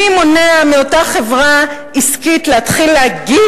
מי מונע מאותה חברה עסקית להתחיל להגיד